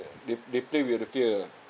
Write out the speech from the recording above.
they they play with the fear ah